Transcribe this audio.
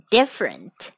Different